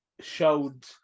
showed